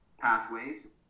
pathways